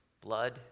blood